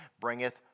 bringeth